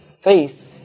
faith